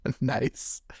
nice